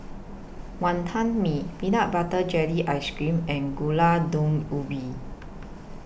Wonton Mee Peanut Butter Jelly Ice Cream and Gulai Daun Ubi